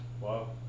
wow